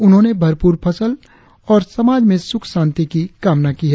उन्होंने भरपूर फसल और समाज में सुख शांति की कामना की है